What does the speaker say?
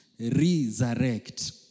resurrect